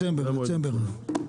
דצמבר, דצמבר,